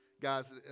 Guys